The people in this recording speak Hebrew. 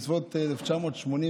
בסביבות 1988,